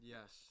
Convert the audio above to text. Yes